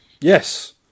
Yes